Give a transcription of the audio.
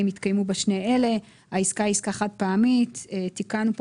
אם התקיימו בה שני אלה: (א) העסקה היא עסקה חד-פעמית - תיקנו פה